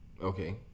Okay